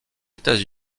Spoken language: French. états